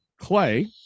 Clay